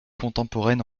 contemporaine